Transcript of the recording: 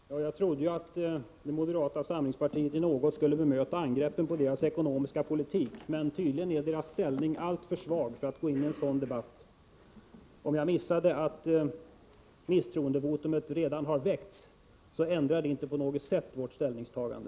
Fru talman! Jag trodde att någon från moderata samlingspartiet skulle bemöta angreppen mot partiets ekonomiska politik. Men tydligen är moderata samlingspartiets ställning alltför svag för att man skulle våga gå in i en sådan debatt. Om jag missade att förslag om misstroendevotum redan har väckts, ändrar det inte på något sätt vårt ställningstagande.